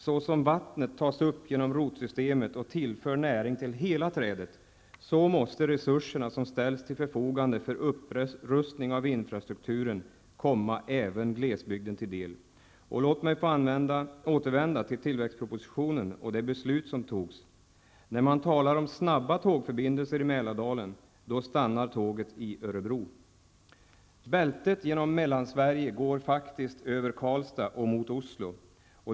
Såsom vattnet tas upp genom rotsystemet och tillför näring till hela trädet, så måste resurserna som ställs till förfogande för upprustning av infrastrukturen komma även glesbygden till del. Låt mig få återvända till tillväxtpropositionen och det beslut som fattades. När man talar om snabba tågförbindelser i Mälardalen, då stannar tåget i Bältet genom Mellansverige går faktiskt över Karlstad och mot Oslo.